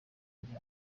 ujya